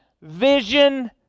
vision